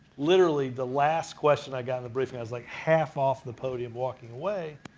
literally the last question i got in the briefing, i was like half off the podium walking away,